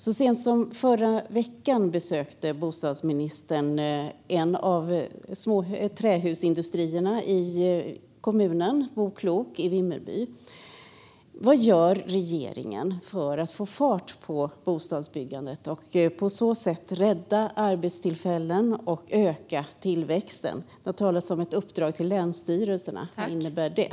Så sent som förra veckan besökte bostadsministern en av trähusindustrierna i kommunen, Boklok i Vimmerby. Vad gör regeringen för att få fart på bostadsbyggandet och på så sätt rädda arbetstillfällen och öka tillväxten? Det har talats om ett uppdrag till länsstyrelserna. Vad innebär det?